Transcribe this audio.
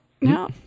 no